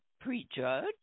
prejudge